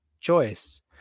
choice